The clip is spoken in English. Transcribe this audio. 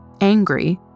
Angry